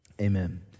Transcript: amen